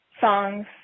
songs